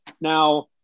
Now